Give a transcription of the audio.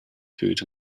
food